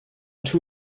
two